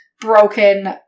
broken